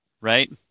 right